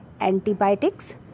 antibiotics